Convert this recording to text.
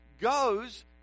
goes